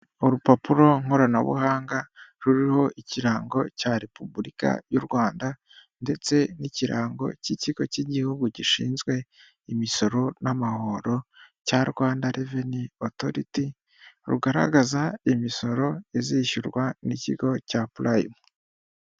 Urupapuro nkoranabuhanga ruriho ikirango cya repubulika y'uRwanda ndetse n'ikirango cy'ikigo cy'igihugu gishinzwe imisoro n'amahoro cya Rwanda Revenue Authority rugaragaza imisoro izishyurwa n'ikigo cya Prime.